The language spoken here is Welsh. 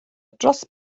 dros